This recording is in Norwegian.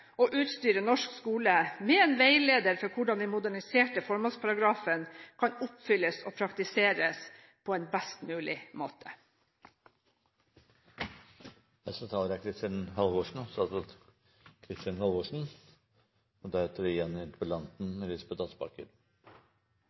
utstyre norsk skole med en veileder for hvordan den moderniserte formålsparagrafen kan oppfylles og praktiseres på en best mulig